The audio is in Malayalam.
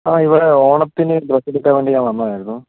ആ ഇവിടെ ഓണത്തിന് ഡ്രസ്സ് എടുക്കാൻ വേണ്ടി ഞാൻ വന്നതായിരുന്നു